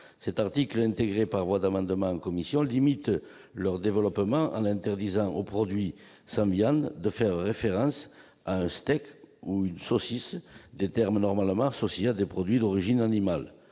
Cet article, intégré par voie d'amendement en commission, limite le développement de ces menus, en interdisant aux produits sans viande de faire référence à un steak ou une saucisse, des termes normalement associés à des produits d'origine animale.